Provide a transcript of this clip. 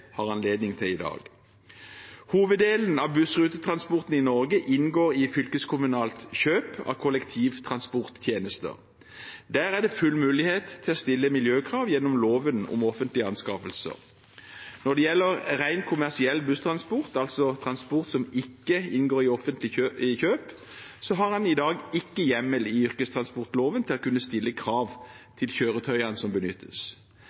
har anledning til i dag. Hoveddelen av bussrutetransporten i Norge inngår i fylkeskommunalt kjøp av kollektivtransporttjenester. Der er det full mulighet til å stille miljøkrav gjennom lov om offentlige anskaffelser. Når det gjelder ren kommersiell busstransport, altså transport som ikke inngår i offentlige kjøp, har en i dag ikke hjemmel i yrkestransportloven til å kunne stille krav til kjøretøyene som benyttes.